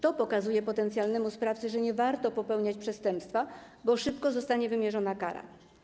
To pokazuje potencjalnemu sprawcy, że nie warto popełniać przestępstwa, bo szybko zostanie wymierzona kara.